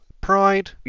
pride